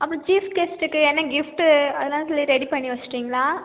அப்போ சீஃப் கெஸ்ட்டுக்கு என்ன கிஃப்ட்டு அதெல்லாம் ரெடி பண்ணி வச்சிட்டீங்களா